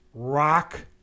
rock